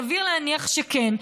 סביר להניח שכן.